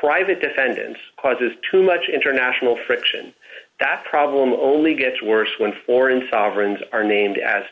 private defendants causes too much international friction that problem only gets worse when foreign sovereigns are named as